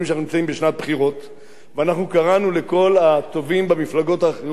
ואנחנו קראנו לכל הטובים במפלגות האחרות לחבור לאיחוד הלאומי.